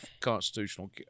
constitutional